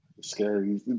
scary